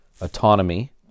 autonomy